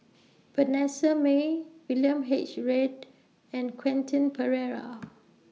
Vanessa Mae William H Read and Quentin Pereira